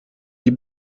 die